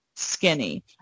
skinny